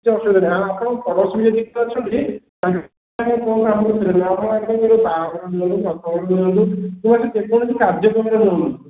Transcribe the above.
କିଛି ଅସୁବିଧା ନାହିଁ ଆପଣଙ୍କ ପୋଡ଼ଶୀ ବି ଯିଏ ଅଛନ୍ତି ତାଙ୍କୁ କୁହନ୍ତୁ ଆମଠୁ କ୍ଷୀର ନିଅ ଆପଣ ଏତେକରି ବାହାଘର ନିଅ ବ୍ରତଘର ନିଅନ୍ତୁ କିମ୍ବା ଯେ କୌଣସି କାର୍ଯ୍ୟକ୍ରମରେ ନିଅନ୍ତୁ